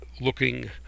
looking